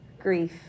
grief